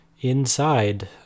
inside